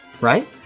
right